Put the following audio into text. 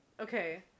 okay